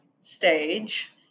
stage